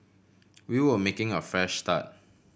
we were making a fresh start